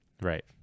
Right